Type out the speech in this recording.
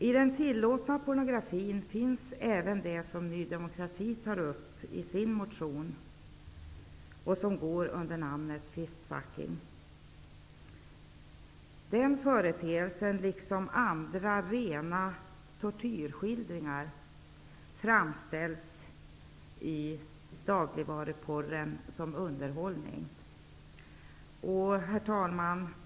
I den tillåtna pornografin finns även det som Ny demokrati tar upp i sin motion och som går under namnet fistfucking. Den företeelsen, liksom andra rena tortyrskildringar, framställs i dagligvaruporren som underhållning. Herr talman!